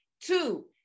Two